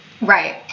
Right